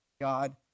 God